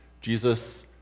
Jesus